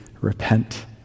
repent